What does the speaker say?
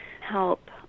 help